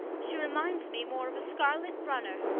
she reminds me more of a scarlet runner.